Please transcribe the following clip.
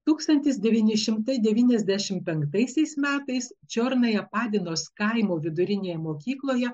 tūkstantis devyni šimtai devyniasdešimt penktaisiais metais čiornaja padinos kaimo vidurinėje mokykloje